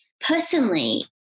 Personally